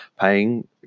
paying